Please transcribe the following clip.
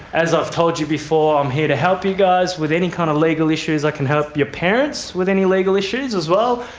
as i've told you before, i'm here to help you guys with any kind of legal issues, i can help your parents with any legal issues as well.